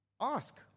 ask